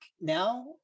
now